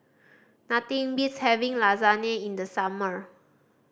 nothing beats having Lasagne in the summer